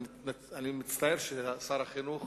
אני מצטער ששר החינוך